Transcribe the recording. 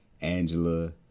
Angela